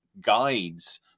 guides